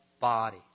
body